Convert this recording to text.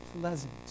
pleasant